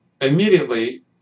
immediately